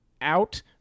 Out